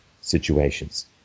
situations